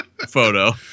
photo